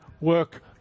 work